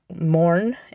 mourn